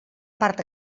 part